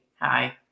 hi